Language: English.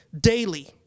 daily